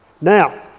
Now